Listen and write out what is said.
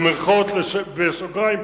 בסוגריים,